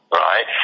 right